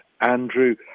Andrew